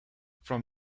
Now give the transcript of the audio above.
from